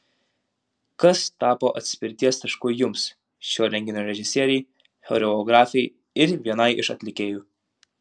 kas tapo atspirties tašku jums šio renginio režisierei choreografei ir vienai iš atlikėjų